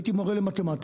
פעם הייתי מורה למתמטיקה,